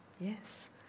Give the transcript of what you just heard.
Yes